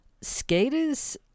skaters